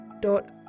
dot